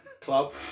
Club